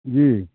जी